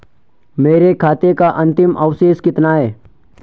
मेरे खाते का अंतिम अवशेष कितना है?